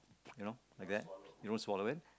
you know like that you don't swallow it